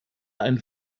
ein